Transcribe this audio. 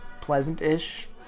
pleasant-ish